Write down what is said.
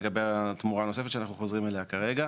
לגבי התמורה הנוספת שאנחנו חוזרים אליה כרגע,